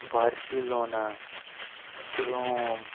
Barcelona Rome